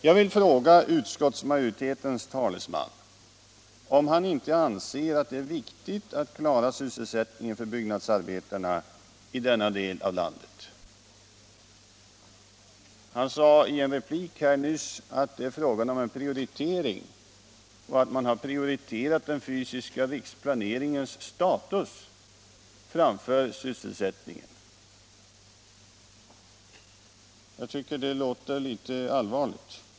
Jag vill fråga utskottsmajoritetens talesman om han inte anser att det är viktigt att klara sysselsättningen för byggnadsarbetarna i denna del av landet. Han sade nyss i en replik att det är fråga om en prioritering och att man har prioriterat den fysiska riksplaneringens status framför sysselsättningen. Jag tycker det låter allvarligt.